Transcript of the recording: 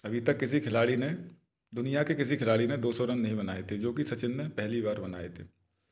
अभी तक किसी खिलाड़ी ने दुनिया के किसी खिलाड़ी ने दो सौ रन नहीं बनाए थे जो कि सचिन ने पहली बार बनाए थे